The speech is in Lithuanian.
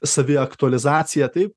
saviaktualizacija tai